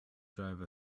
drive